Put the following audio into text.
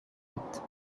gibt